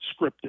scripted